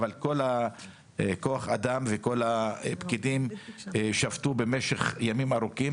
אבל כל כוח האדם וכל הפקידים שבתו במשך ימים ארוכים,